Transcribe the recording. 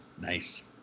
Nice